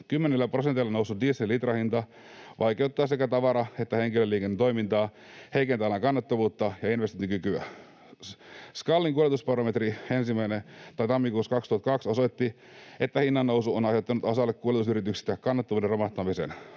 Kymmenillä prosenteilla noussut dieselin litrahinta vaikeuttaa sekä tavara- että henkilöliikennetoimintaa, heikentää alan kannattavuutta ja investointikykyä. SKALin kuljetusbarometri tammikuussa 2002 osoitti, että hinnannousu on aiheuttanut osalle kuljetusyrityksistä kannattavuuden romahtamisen.